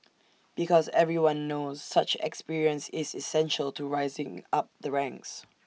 because everyone knows such experience is essential to rising up the ranks